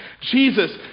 Jesus